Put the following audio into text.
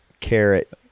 carrot